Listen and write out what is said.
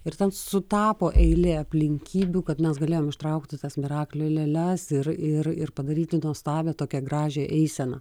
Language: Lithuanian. ir ten sutapo eilė aplinkybių kad mes galėjom ištraukti tas miraklio lėles ir ir ir padaryti nuostabią tokią gražią eiseną